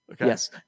Yes